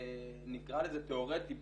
נקרא לזה תיאורטי,